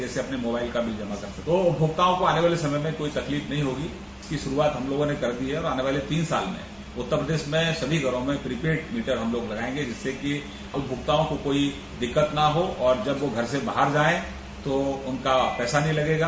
जैसे अपने मोबाइल का बिल जमा करते है तो उपभोक्ताओं को आने वाले समय में कोई तकलीफ नहीं होगी इसकी शुरूआत हम लोगों ने कर दी है और आने वाले तीन साल में उत्तर प्रदेश में सभी घरों में प्रीपेड मीटर हम लोग लगायेंगे जिससे कि उपभोक्ताओं को कोई दिक्कत न हो और जब वह घर से बाहर जायें तो उनका पैसा नहीं लगेगा